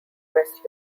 west